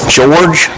George